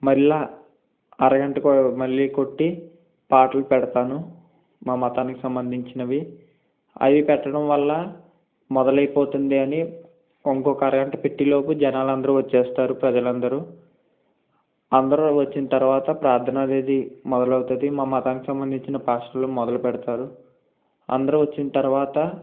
మరల అరగంటకో మళ్ళీ కొట్టి పాటలు పెడతాను మా మతానికి సంబంధించినవి అవి పెట్టడం వల్ల మొదలైపోతుంది అని ఇంకొక అరగంట పెట్టే లోపు జనాలు అందరువచ్చేస్తారు ప్రజలందరు అందరు వచ్చిన తర్వాత ప్రార్థన అనేది మొదలవుతది మా మతం సంబంధించిన పాస్టర్లు మొదలు పెడతారు అందరు వచ్చిన తర్వాత